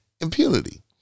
impunity